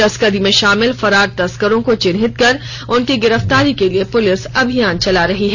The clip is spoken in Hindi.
तस्करी में शामिल फरार तस्करों को चिन्हित कर उनकी गिरफ्तारी के लिए पुलिस अभियान चला रही है